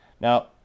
Now